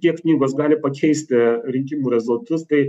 kiek knygos gali pakeisti rinkimų rezultatus tai